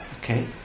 Okay